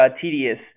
tedious